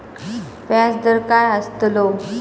व्याज दर काय आस्तलो?